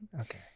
Okay